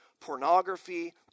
pornography